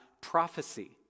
prophecy